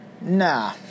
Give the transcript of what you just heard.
Nah